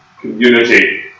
community